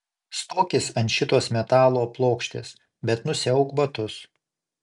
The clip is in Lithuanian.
stokis ant šitos metalo plokštės bet nusiauk batus